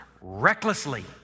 recklessly